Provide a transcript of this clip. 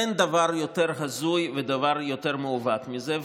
אין דבר יותר הזוי ודבר יותר מעוות מזה.